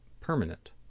permanent